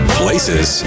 places